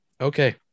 okay